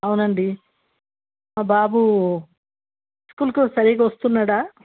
అవునండి మా బాబు స్కూలుకు సరిగ్గా వస్తున్నాడా